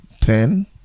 ten